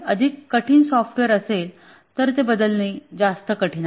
अधिक कठीण सॉफ्टवेअर असेल तर ते बदलणे जास्त कठीण आहे